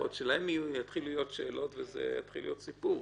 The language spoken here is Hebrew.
יכול להיות שלהם יהיו שאלות ויתחיל להיות סיפור.